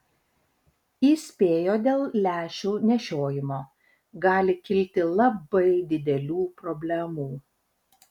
įspėjo dėl lęšių nešiojimo gali kilti labai didelių problemų